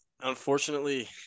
unfortunately